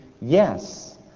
Yes